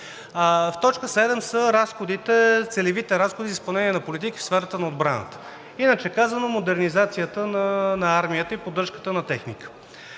В т. 7 са целевите разходи за изпълнение на политики в сферата на отбраната, иначе казано, модернизацията на армията и поддръжката на техника.